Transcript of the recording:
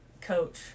coach